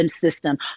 system